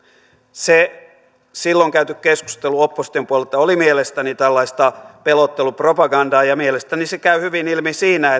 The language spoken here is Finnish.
se silloin käyty keskustelu opposition puolelta oli mielestäni tällaista pelottelupropagandaa ja mielestäni se käy hyvin ilmi siinä